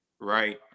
right